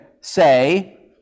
say